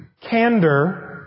candor